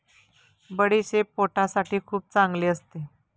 बडीशेप पोटासाठी खूप चांगली असते